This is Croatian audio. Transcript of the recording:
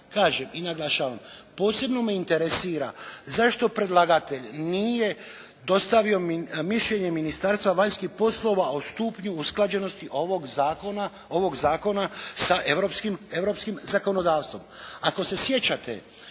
Kažem i naglašavam, posebno me interesira zašto predlagatelj nije dostavio mišljenje Ministarstva vanjskih poslova o stupnju usklađenosti ovog Zakona sa europskim zakonodavstvom.